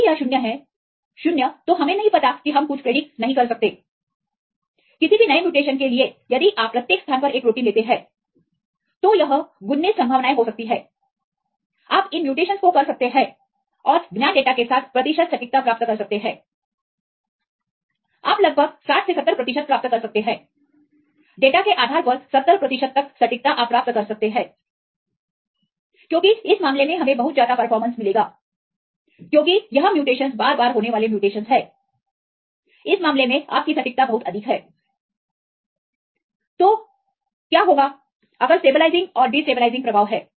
यदि यह 0 है 0 तो हमें नहीं पता कि हम कुछ भी प्रिडिक्ट नहीं कर सकते किसी भी नए म्यूटेशन के लिए यदि आप प्रत्येक स्थान पर एक प्रोटीन लेते हैं तो यह 19 संभावनाएं हो सकती हैं आप इन म्यूटेशनस को कर सकते हैं और ज्ञात डेटा के साथ प्रतिशत सटीकता प्राप्त कर सकते हैं आप लगभग 60 से 70 प्रतिशत प्राप्त कर सकते हैं डेटा के आधार पर 70 प्रतिशत तक सटीकता आप प्राप्त कर सकते हैं क्योंकि इस मामले में हमें बहुत ज्यादा परफॉर्मस मिलेगा क्योंकि यह म्यूटेशनस बार बार होने वाले म्यूटेशनस हैं इस मामले में आप की सटीकता बहुत अधिक हैं तो क्या होगा अगर स्टेबलाइजिंगऔर डिस्टेबलाइजिंग प्रभाव है